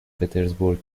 پترزبورگ